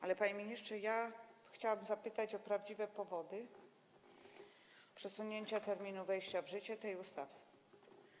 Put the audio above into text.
Ale panie ministrze, chciałabym zapytać o prawdziwe powody przesunięcia terminu wejścia w życie tej ustawy.